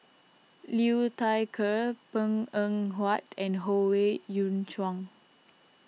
Liu Thai Ker Png Eng Huat and Howe Yoon Chong